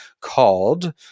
called